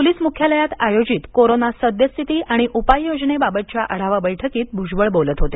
police मुख्यालयात आयोजित corona सद्यस्थिती आणि उपाययोजनेबाबतच्या आढावा बैठकित भुजबळ बोलत होते